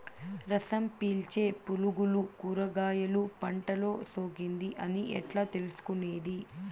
రసం పీల్చే పులుగులు కూరగాయలు పంటలో సోకింది అని ఎట్లా తెలుసుకునేది?